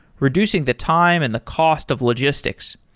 reducing the time and the cost of logistics.